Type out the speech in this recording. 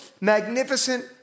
magnificent